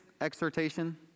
exhortation